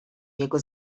jego